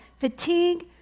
fatigue